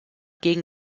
gegen